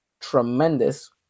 tremendous